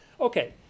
Okay